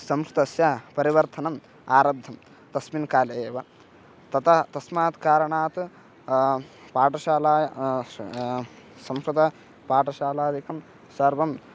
संस्कृतस्य परिवर्तनम् आरब्धं तस्मिन् काले एव तदा तस्मात् कारणात् पाठशाला संस्कृत पाठशालादिकं सर्वम्